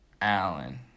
Allen